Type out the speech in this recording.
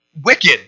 wicked